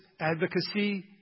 advocacy